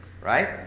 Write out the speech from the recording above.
right